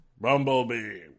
Bumblebee